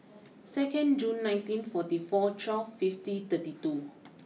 second June nineteen forty four twelve fifty thirty two